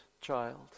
child